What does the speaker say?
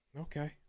Okay